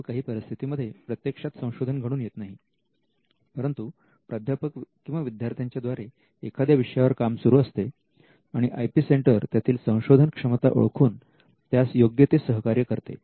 परंतु काही परिस्थितीमध्ये प्रत्यक्षात संशोधन घडून येत नाही परंतु प्राध्यापक किंवा विद्यार्थ्यांच्या द्वारे एखाद्या विषयावर काम सुरू असते आणि आय पी सेंटर त्यातील संशोधन क्षमता ओळखून त्यास योग्य ते सहकार्य करते